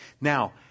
Now